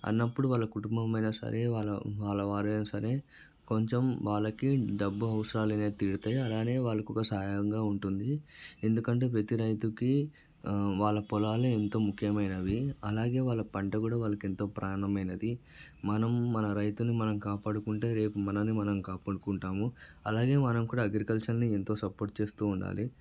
అన్నప్పుడు వాళ్ళ కుటుంబం అయినా సరే వాళ్ళ వారైనా సరే కొంచెం వాళ్ళకి డబ్బు అవసరాలు అనేవి తీరతాయి వాళ్ళకు ఒక సహాయంగా ఉంటుంది ఎందుకంటే ప్రతీ రైతుకి వాళ్ళ పొలాలు ఎంతో ముఖ్యమైనవి అలాగే వాళ్ళ పంట కూడా వాళ్ళకి ఎంతో ప్రాణమైనది మనం మన రైతుని మనం కాపాడుకుంటే రేపు మనలని మనం కాపాడుకుంటాము అలాగే మనం కూడా అగ్రికల్చర్ని ఎంతో సపోర్ట్ చేస్తూ ఉండాలి